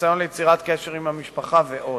ניסיון ליצירת קשר עם המשפחה ועוד.